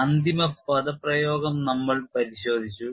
അന്തിമ പദപ്രയോഗം നമ്മൾ പരിശോധിച്ചു